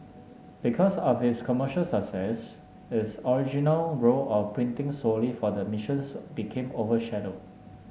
because of its commercial success its original role of printing solely for the missions became overshadowed